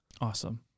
Awesome